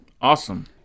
Awesome